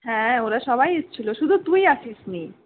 হ্যাঁ ওরা সবাই এসেছিল শুধু তুই আসিসনি